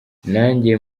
nanjye